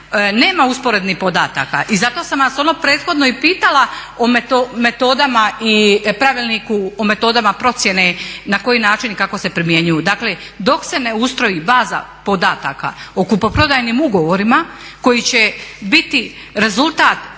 nema usporednih podataka i zato sam vas ono prethodno i pitala o metodama i pravilniku o metodama procjene na koji način i kako se primjenjuju. Dakle, dok se ne ustroji baza podataka o kupoprodajnim ugovorima koji će biti rezultat